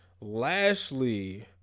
Lashley